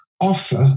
offer